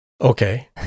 Okay